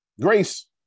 Grace